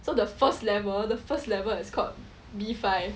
so the first level the first level it's called B five